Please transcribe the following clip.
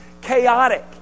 chaotic